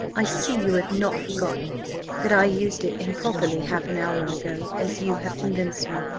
i see you have not forgotten that i used it improperly half an hour ago, as you have convinced me.